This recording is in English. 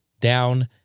down